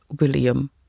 William